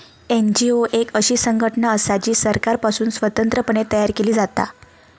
NGO एक अशी संघटना असा जी सरकारपासुन स्वतंत्र पणे तयार केली जाता